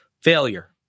Failure